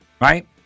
right